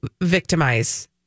victimize